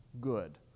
good